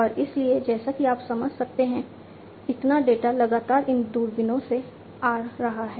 और इसलिए जैसा कि आप समझ सकते हैं इतना डेटा लगातार इन दूरबीनों से आ रहा है